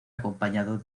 acompañado